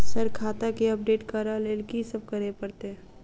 Sir खाता केँ update करऽ लेल की सब करै परतै?